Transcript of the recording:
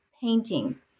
painting